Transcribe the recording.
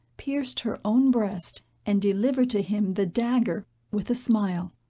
pierced her own breast, and delivered to him the dagger with a smile.